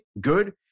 good